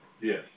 Yes